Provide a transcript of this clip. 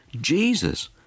Jesus